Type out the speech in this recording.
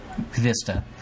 vista